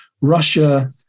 Russia